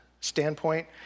standpoint